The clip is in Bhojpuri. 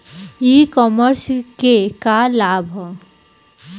ई कॉमर्स क का लाभ ह?